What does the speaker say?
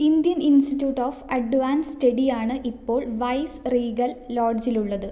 Indian institute of advanced സ്റ്റഡിയാണ് ഇപ്പോൾ vice regal ലോഡ്ജിലുള്ളത്